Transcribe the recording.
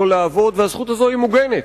לא לעבוד, והזכות הזאת היא מוגנת.